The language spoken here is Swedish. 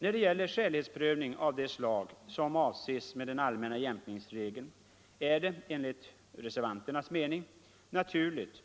När det gäller skälighetsprövning av det slag som avses med den allmänna jämkningsregeln är det enligt reservanternas mening naturligt,